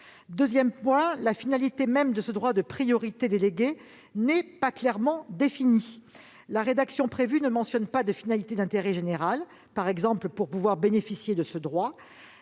outre, la finalité même du droit de priorité délégué n'est pas clairement définie. La rédaction prévue ne mentionne pas de finalité d'intérêt général, par exemple pour bénéficier du droit.